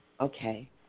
okay